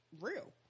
real